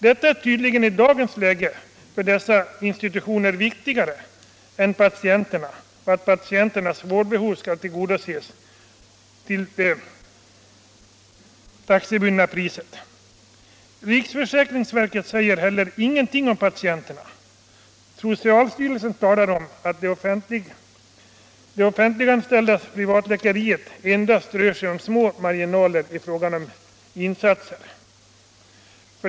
Detta är tydligen för dessa institutioner viktigare i dagens läge än att patienternas vårdbehov tillgodoses på lämpligaste sätt. Riksförsäkringsverket säger ingenting om patienterna. Socialstyrelsen anför att det offentliganställda privatläkeriet endast har marginella effekter.